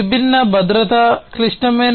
విభిన్న భద్రతా క్లిష్టమైన